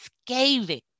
scathing